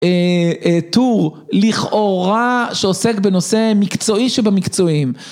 טור לכאורה שעוסק בנושא מקצועי שבמקצועיים